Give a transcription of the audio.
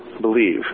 believe